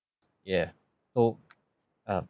yeah oh um